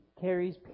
carries